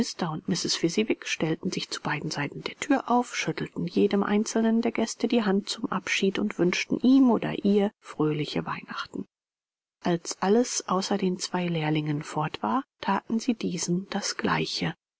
und mrs fezziwig stellten sich zu beiden seiten der thür auf schüttelten jedem einzelnen der gäste die hand zum abschied und wünschten ihm oder ihr fröhliche weihnachten als alles außer den zwei lehrlingen fort war thaten sie diesen das gleiche